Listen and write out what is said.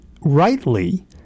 rightly